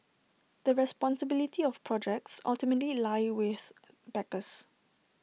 the responsibility of projects ultimately lie with backers